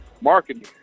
marketing